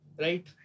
Right